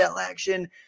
action